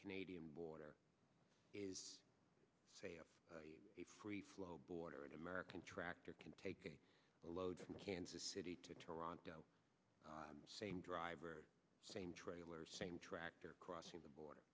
canadian border is a free flow border and american tractor can take the load from kansas city to toronto same drive same trailer same tractor crossing the border